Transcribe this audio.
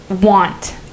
want